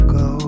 go